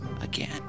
again